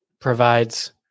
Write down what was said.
provides